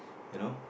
you know